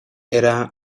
era